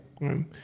right